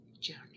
journey